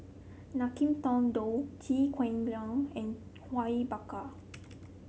Ngiam Tong Dow Chew Kheng Chuan and Awang Bakar